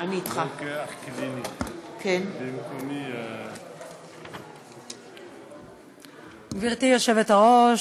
גברתי היושבת-ראש,